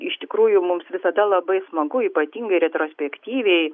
iš tikrųjų mums visada labai smagu ypatingai retrospektyviai